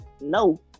no